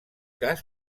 cas